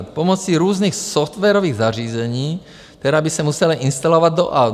Pomocí různých softwarových zařízení, která by se musela instalovat do aut.